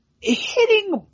hitting